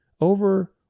over